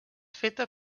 feta